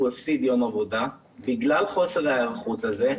והוא הפסיד יום עבודה בגלל חוסר ההיערכות הזה.